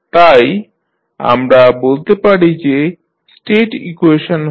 তাই আমরা বলতে পারি যে স্টেট ইকুয়েশন হল